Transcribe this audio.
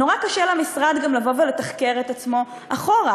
נורא קשה למשרד גם לתחקר את עצמו אחורה,